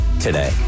today